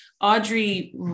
audrey